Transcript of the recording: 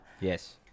Yes